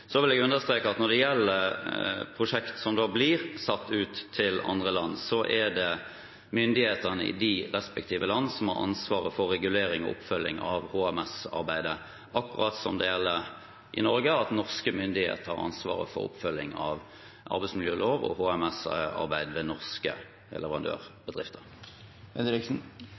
Så vil jeg understreke at når det gjelder prosjekt som blir satt ut til andre land, er det myndighetene i de respektive land som har ansvaret for regulering og oppfølging av HMS-arbeidet, akkurat som det gjelder i Norge, at norske myndigheter har ansvaret for oppfølging av arbeidsmiljølov og HMS-arbeid ved norske leverandørbedrifter.